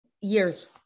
years